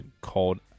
called